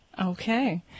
Okay